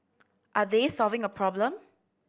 are they solving a problem